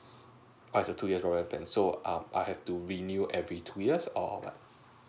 oo it's a two years wifi plan so um I have to renew every two years or what